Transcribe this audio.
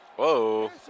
Whoa